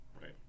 Right